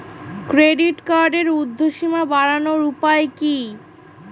Credit কার্ডের উর্ধ্বসীমা বাড়ানোর উপায় কি?